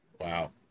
Wow